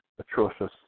Atrocious